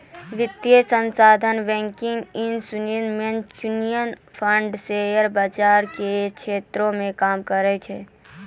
वित्तीय संस्थान banking insurance mutual fund share बाजार के क्षेत्र मे काम करै छै